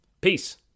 Peace